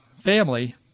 family